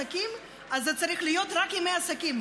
זה צריך להיות רק ימי עסקים,